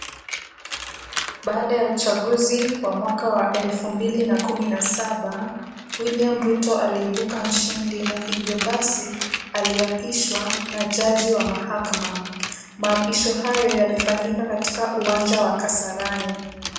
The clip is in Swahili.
Baada ya uchaguzi wa mwaka wa elfu mbili na kumi na saba William Ruto aliibuka mshindi na hivyo basi aliapishwa na jaji wa mahakama. Maapisho hayo yalifanyika katika uwanja wa Kasarani.